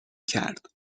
کرد